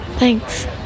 Thanks